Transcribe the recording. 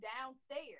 downstairs